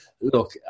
look